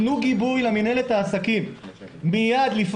תנו גיבוי למנהלת העסקים לפעול מיד.